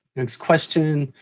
next question.